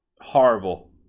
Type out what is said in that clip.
Horrible